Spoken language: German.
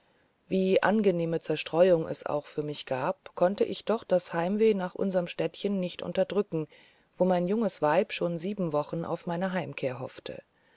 wie angenehme zerstreuung es auch für mich gab konnte ich doch das heimweh nach unserm städtchen nicht unterdrücken wo mein junges weib schon sieben wochen auf meine heimkehr hoffte